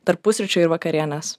tarp pusryčių ir vakarienės